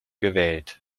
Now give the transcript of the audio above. gewählt